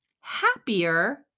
happier